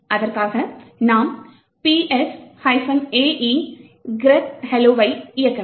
அதற்காக நாம் ps ae grep hello ஐ இயக்க வேண்டும்